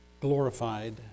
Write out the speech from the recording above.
glorified